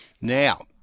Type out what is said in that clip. Now